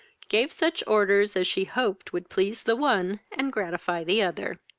gave such orders as she hoped would please the one and gratify the other.